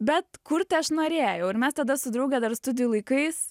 bet kurti aš norėjau ir mes tada su drauge dar studijų laikais